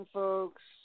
folks